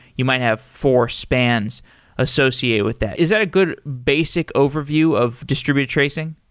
you might have four spans associated with that. is that a good basic overview of distributed tracing?